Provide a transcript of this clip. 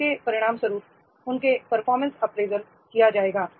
जिसके परिणामस्वरूप उनके परफॉर्मेंस अप्रेजल किया जाएगा